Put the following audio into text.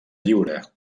lliure